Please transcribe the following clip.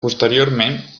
posteriorment